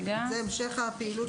זה המשך הפעילות